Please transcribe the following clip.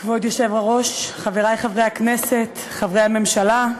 כבוד היושב-ראש, חברי חברי הכנסת, חברי הממשלה,